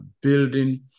building